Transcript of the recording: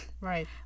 right